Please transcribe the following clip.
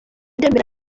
ndemera